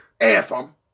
anthem